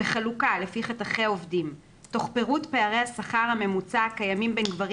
בחלוקה לפי חתכי עובדים תוך פירוט פערי השכר הממוצע הקיימים בין גברים